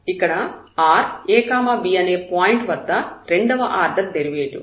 ఇక్కడ r a b అనే point వద్ద రెండవ ఆర్డర్ డెరివేటివ్